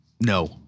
No